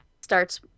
starts